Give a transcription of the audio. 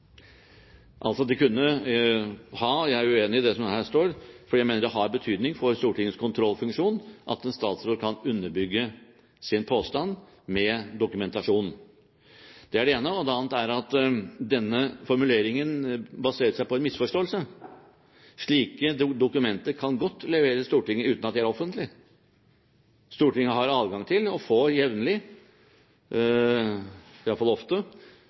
altså: «kunne ha». Jeg er uenig i det som står her, fordi jeg mener at det har betydning for Stortingets kontrollfunksjon at en statsråd kan underbygge sin påstand med dokumentasjon. Det er det ene. Det andre er at denne formuleringen baserer seg på en misforståelse. Slike dokumenter kan godt leveres Stortinget uten at de er offentlige. Stortinget har adgang til og får jevnlig, eller iallfall ofte,